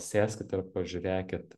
sėskit ir pažiūrėkit